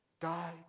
died